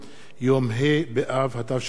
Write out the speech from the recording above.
יום ה' באב התשע"ב,